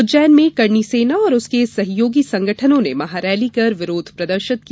उज्जैन में करणी सेना और उसके सहयोगी संगठनों ने महारैली कर विरोध प्रदर्शित किया